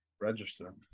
register